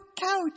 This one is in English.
couch